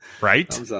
Right